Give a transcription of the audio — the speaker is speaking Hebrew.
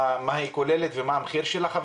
מה היא כוללת ומה המחיר שלה?